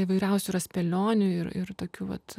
įvairiausių yra spėlionių ir ir tokių vat